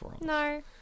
No